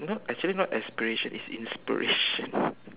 not actually not aspiration is inspiration